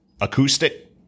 acoustic